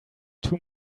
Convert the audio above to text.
too